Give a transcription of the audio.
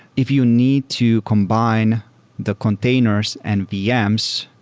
if you need to combine the containers and vm's,